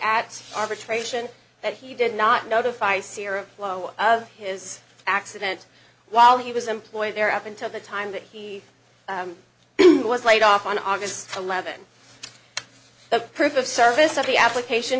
at arbitration that he did not notify syrup flow of his accident while he was employed there up until the time that he was laid off on august eleventh the proof of service of the application